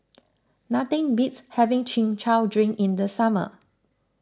nothing beats having Chin Chow Drink in the summer